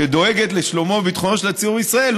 שדואגת לשלומו ולביטחונו של הציבור בישראל,